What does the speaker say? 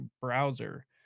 Browser